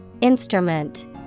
Instrument